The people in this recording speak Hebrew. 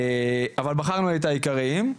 אבל בחרנו את העיקריים.